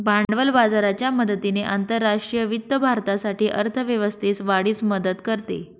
भांडवल बाजाराच्या मदतीने आंतरराष्ट्रीय वित्त भारतासाठी अर्थ व्यवस्थेस वाढीस मदत करते